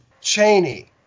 Cheney